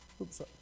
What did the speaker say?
Oops